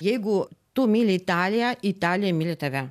jeigu tu myli italiją italija myli tave